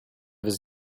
his